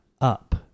up